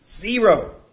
Zero